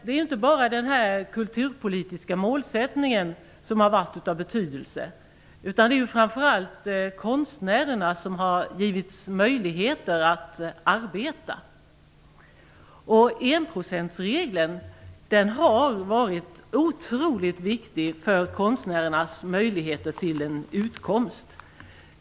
Det är inte bara den kulturpolitiska målsättningen som har varit av betydelse. Det är framför allt konstnärerna som har givits möjligheter att arbeta. Enprocentsregeln har varit otroligt viktig för konstnärernas möjligheter till en utkomst.